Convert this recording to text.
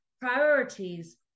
priorities